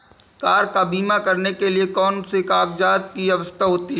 Car का बीमा करने के लिए कौन कौन से कागजात की आवश्यकता होती है?